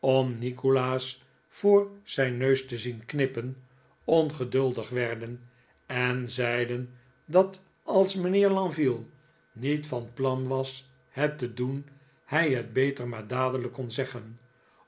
om nikolaas voor zijn neus te zien knippen ongeduldig werden en zeiden dat als mijnheer lenville niet van plan was het te doen hij het beter maar dadelijk kon zeggen